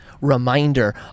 reminder